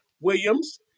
Williams